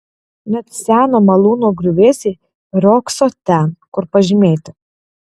net seno malūno griuvėsiai riogso ten kur pažymėti